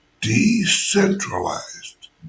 decentralized